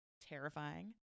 terrifying